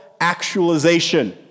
actualization